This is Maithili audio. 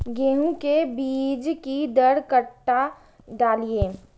गेंहू के बीज कि दर कट्ठा डालिए?